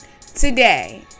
Today